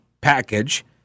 package